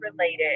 related